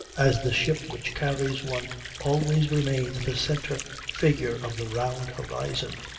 as the ship which carries one always remains the centre figure of the round horizon.